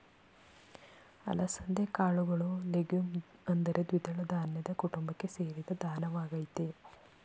ಅಲಸಂದೆ ಕಾಳುಗಳು ಲೆಗ್ಯೂಮ್ ಅಂದರೆ ದ್ವಿದಳ ಧಾನ್ಯದ ಕುಟುಂಬಕ್ಕೆ ಸೇರಿದ ಧಾನ್ಯವಾಗಯ್ತೆ